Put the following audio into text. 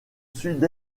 sud